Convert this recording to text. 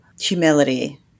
humility